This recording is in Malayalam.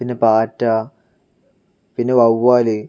പിന്നെ പാറ്റ പിന്നെ വവ്വാൽ